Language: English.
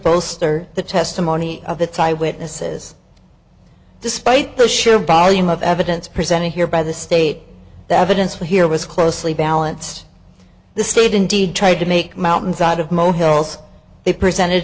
bolster the testimony of the thai witnesses despite the sheer volume of evidence presented here by the state that didn't sway here was closely balanced the state indeed tried to make mountains out of molehills they presented